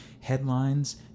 headlines